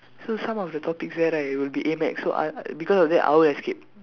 so some of the topics there right will be A math so I because of that I will escape